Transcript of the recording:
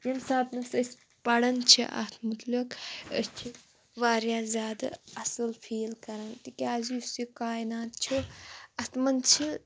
ییٚمہِ ساتَنَس أسۍ پَران چھِ اتھ مُتعلِق أسۍ چھِ واریاہ زیادٕ اَصٕل فیٖل کران تِکیٛازِ یُس یہِ کایِنات چھِ اتھ منٛز چھِ